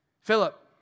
Philip